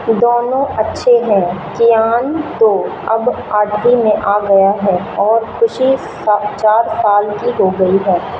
दोनों अच्छे हैं कियान तो अब आठवीं में आ गया है और खुशी चार साल की हो गई है